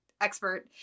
expert